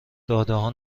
دادهها